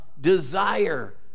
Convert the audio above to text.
desire